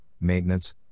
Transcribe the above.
maintenance